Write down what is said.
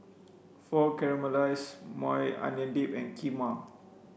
Pho Caramelized Maui Onion Dip and Kheema